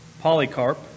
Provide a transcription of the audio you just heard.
Polycarp